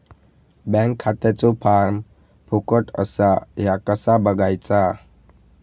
Bank खात्याचो form फुकट असा ह्या कसा बगायचा?